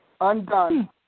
undone